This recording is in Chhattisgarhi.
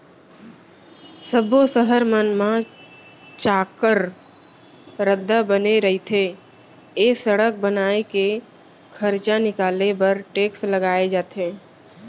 सब्बो सहर मन म चाक्कर रद्दा बने रथे ए सड़क बनाए के खरचा निकाले बर टेक्स लगाए जाथे